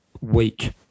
week